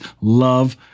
love